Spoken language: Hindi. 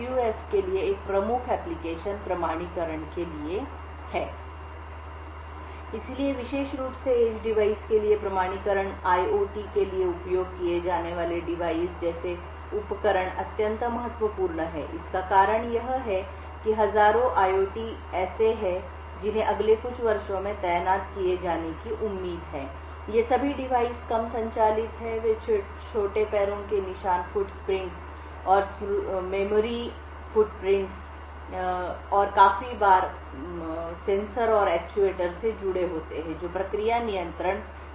PUF के लिए एक प्रमुख आवेदन प्रमाणीकरण के लिए है इसलिए विशेष रूप से एज डिवाइस के लिए प्रमाणीकरण आईओटी के लिए उपयोग किए जाने वाले डिवाइस जैसे उपकरण अत्यंत महत्वपूर्ण हैं इसका कारण यह है कि हजारों आईओटी ऐसे हैं जिन्हें अगले कुछ वर्षों में तैनात किए जाने की उम्मीद है ये सभी डिवाइस कम संचालित हैं वे छोटे पैरों के निशान स्मृति के पैरों के निशान और काफी बार सेंसर और एक्चुएटर्स से जुड़े होते हैं जो प्रक्रिया नियंत्रण संयंत्रों में होते हैं